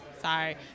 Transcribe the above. Sorry